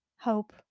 hope